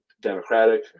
Democratic